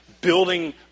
building